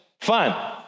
Fun